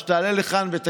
21,